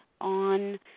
on